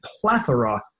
plethora